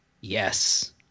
yes